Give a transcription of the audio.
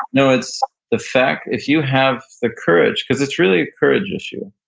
no, it's the fact, if you have the courage. because it's really a courage issue.